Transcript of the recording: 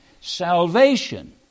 Salvation